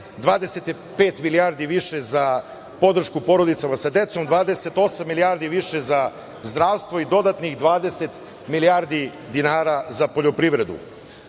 25 milijardi više za podršku porodicama sa decom, 28 milijardi više za zdravstvo i dodatnih 20 milijardi dinara za poljoprivredu. Ovaj